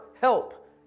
help